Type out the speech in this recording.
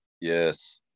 Yes